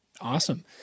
Awesome